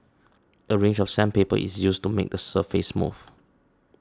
a range of sandpaper is used to make the surface smooth